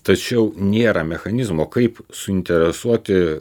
tačiau nėra mechanizmo kaip suinteresuoti